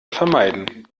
vermeiden